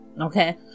okay